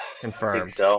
Confirmed